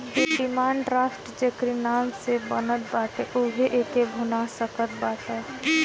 demand draft जेकरी नाम से बनत बाटे उहे एके भुना सकत बाटअ